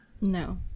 No